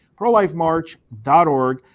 ProLifeMarch.org